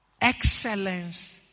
excellence